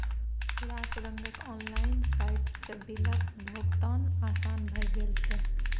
रास रंगक ऑनलाइन साइटसँ बिलक भोगतान आसान भए गेल छै